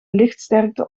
lichtsterkte